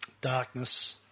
darkness